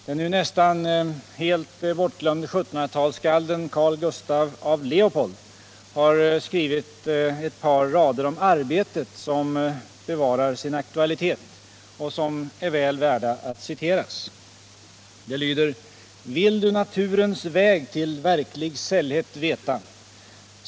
Den nu nästan helt bortglömde 1700-talsskalden Carl Gustaf af Leopold har skrivit ett par rader om arbetet, de bevarar sin aktualitet och är väl värda att citeras: ”Vill du naturens väg till verklig sällhet veta?